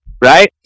Right